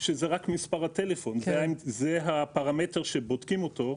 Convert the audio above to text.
שזה רק מספר הטלפון וזה הפרמטר שבודקים אותו.